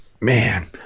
Man